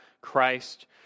Christ